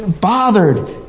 bothered